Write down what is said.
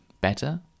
better